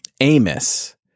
Amos